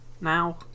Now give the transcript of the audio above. now